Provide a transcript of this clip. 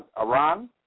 Iran